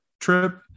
trip